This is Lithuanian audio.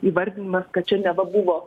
įvardinimas kad čia neva buvo